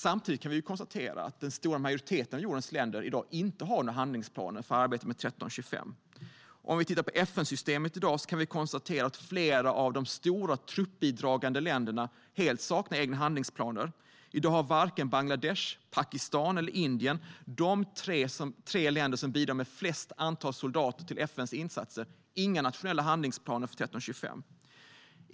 Samtidigt kan vi konstatera att den stora majoriteten av jordens länder i dag inte har några handlingsplaner för 1325. Om vi tittar på FN-systemet i dag kan vi konstatera att flera av de stora truppbidragande länderna helt saknar egna handlingsplaner. I dag har varken Bangladesh, Pakistan eller Indien - de tre länder som bidrar med flest soldater till FN:s insatser - några nationella handlingsplaner för 1325.